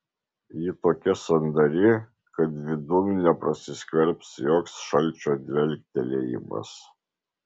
ji tokia sandari kad vidun neprasiskverbs joks šalčio dvelktelėjimas